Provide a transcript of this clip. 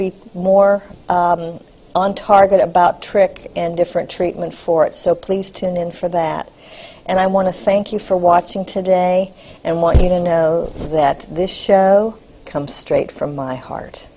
be more on target about trick and different treatment for it so please tune in for that and i want to thank you for watching today and want you to know that this show comes straight from my heart